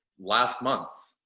last month.